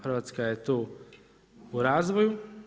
Hrvatska je tu u razvoju.